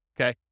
okay